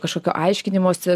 kažkokio aiškinimosi